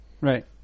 right